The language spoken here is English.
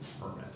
permit